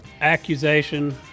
accusation